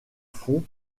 fonds